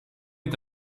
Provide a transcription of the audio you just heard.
est